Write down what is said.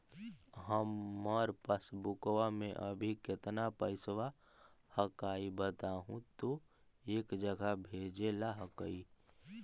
हमार पासबुकवा में अभी कितना पैसावा हक्काई बताहु तो एक जगह भेजेला हक्कई?